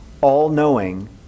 all-knowing